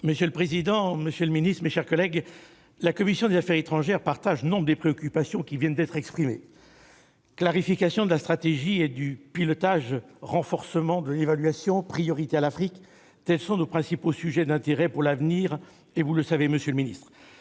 Monsieur le président, monsieur le ministre, mes chers collègues, la commission des affaires étrangères partage nombre des préoccupations qui viennent d'être exprimées. Clarification de la stratégie et du pilotage, renforcement de l'évaluation, priorité à l'Afrique : tels sont nos principaux sujets d'intérêt pour l'année à venir, comme vous le savez, monsieur le ministre.